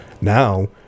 now